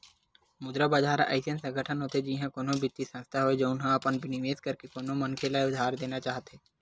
मुद्रा बजार ह अइसन संगठन होथे जिहाँ कोनो बित्तीय संस्थान हो, जउन ह अपन निवेस करके कोनो मनखे ल उधार देना चाहथे